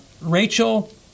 Rachel